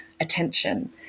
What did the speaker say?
attention